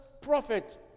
prophet